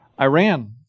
Iran